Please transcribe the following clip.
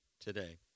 today